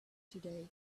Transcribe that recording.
today